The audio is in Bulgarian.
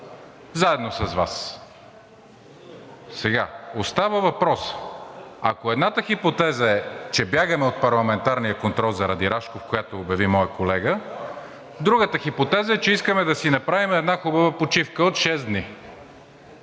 заедно с Вас. Сега остава въпросът, ако едната хипотеза е, че бягаме от парламентарния контрол заради Рашков, която обяви моят колега, другата хипотеза е, че искаме да си направим една хубава почивка от шест дни.